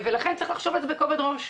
לכן צריך לחשוב על זה בכובד ראש.